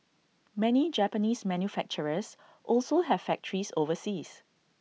many Japanese manufacturers also have factories overseas